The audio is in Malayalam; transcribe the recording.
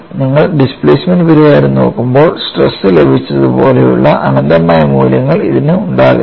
നിങ്ങൾ ഡിസ്പ്ലേസ്മെൻറ് പരിഹാരം നോക്കുമ്പോൾ സ്ട്രെസ്നു ലഭിച്ചതുപോലുള്ള അനന്തമായ മൂല്യങ്ങൾ ഇതിന് ഉണ്ടാകരുത്